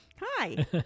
Hi